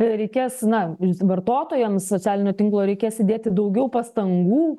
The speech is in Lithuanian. reikės na vartotojams socialinio tinklo reikės įdėti daugiau pastangų